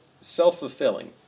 self-fulfilling